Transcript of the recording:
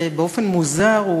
באופן מוזר,